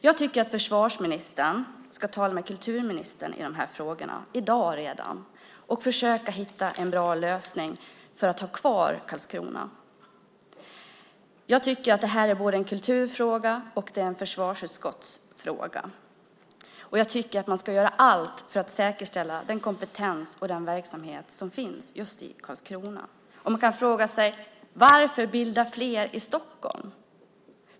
Jag tycker att försvarsministern redan i dag ska tala med kulturministern i de här frågorna och försöka hitta en bra lösning för att kunna ha kvar Marinens musikkår i Karlskrona. Det här är både en kultur och en försvarsutskottsfråga, och jag tycker att man ska göra allt för att säkerställa den kompetens och den verksamhet som finns just i Karlskrona. Man kan fråga sig: Varför bilda fler musikkårer i Stockholm?